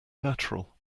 natural